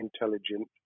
intelligent